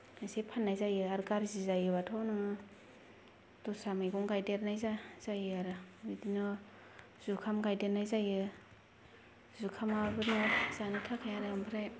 इसे फान्नाय जायो आरो गाज्रि जायोबाथ' नोङो दस्रा मैगं गायदेरनाय जायो आरो बिदिनो जुखाम गायदेरनाय जायो जुखामाबो न'आव जानो थाखाय आरो ओमफ्राय